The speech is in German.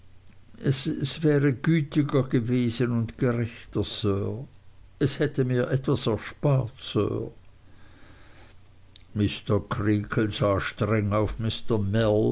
es wäre gütiger gewesen und gerechter sir es hätte mir etwas erspart sir mr creakle sah streng auf